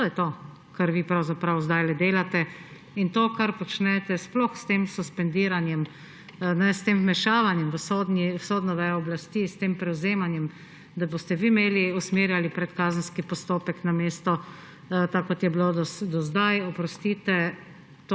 To je to, kar vi pravzaprav sedaj delate. To, kar počnete, sploh s tem suspendiranjem, s tem vmešavanjem v sodno vejo oblasti, s tem prevzemanjem, da boste vi usmerjali predkazenski postopek, namesto tega, kot je bilo do sedaj, oprostite